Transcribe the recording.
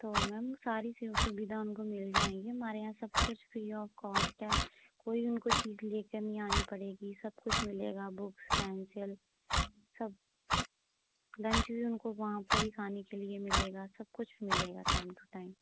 तो मैम सारी सु सुविधा उनको मिल जाएँगी हमारे यहाँ सब कुछ फ्री ऑफ कॉस्ट है कोई उनको चीज लेकर नहीं आनी पड़ेगी सब कुछ मिलेगा बुक्स पेंसिल सब लंच भी उनको वहाँ पर ही खाने के लिए मिलेगा सब कुछ मिलेगा टाइम टू टाइम